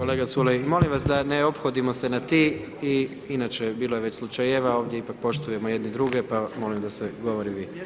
Kolega Culej, molim da ne ophodimo se na ti i inače bilo je već slučajeva ovdje, ipak poštujemo jedni druge, pa molim da se govori vi.